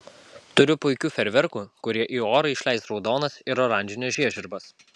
turiu puikių fejerverkų kurie į orą išleis raudonas ir oranžines žiežirbas